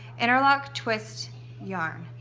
interlock twist yarn.